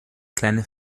kleine